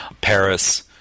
paris